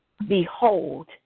Behold